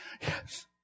Yes